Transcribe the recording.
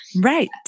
right